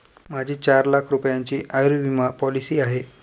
माझी चार लाख रुपयांची आयुर्विमा पॉलिसी आहे